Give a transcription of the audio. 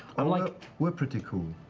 um like we're pretty cool.